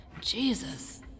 Jesus